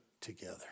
together